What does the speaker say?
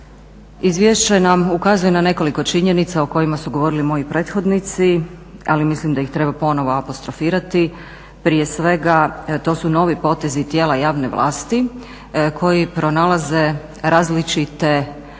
Izvješće nam ukazuje na nekoliko činjenica o kojima su govorili moji prethodnici, ali mislim da ih treba ponovo apostrofirati. Prije svega to su novi potezi tijela javne vlasti koji pronalaze različite